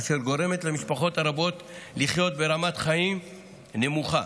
אשר גורמת למשפחות רבות לחיות ברמת חיים נמוכה.